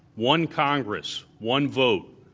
one congress, one vote,